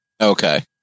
Okay